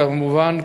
כמובן,